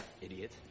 idiot